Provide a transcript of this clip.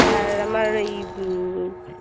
আর আমার ওই